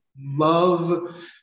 love